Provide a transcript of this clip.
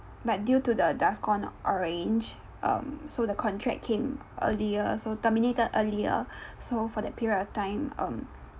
but due to the DORSCON orange um so the contract came earlier so terminated earlier so for that period of time um